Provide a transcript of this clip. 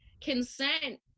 consent